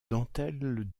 dentelle